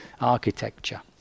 architecture